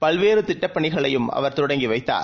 பல் வேறுதிட்டப்பணிகளையும்அவர்தொடங்கிவைத்தார்